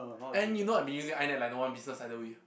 and you know I have been using I net like no one's business by the way